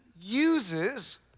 uses